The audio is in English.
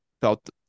felt